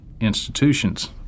institutions